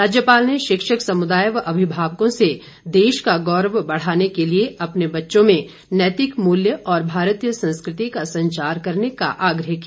राज्यपाल ने शिक्षक समुदाय व अभिमावकों से देश का गौरव बढ़ाने के लिए अपने बच्चों में नैतिक मूल्य और भारतीय संस्कृति का संचार करने का आग्रह किया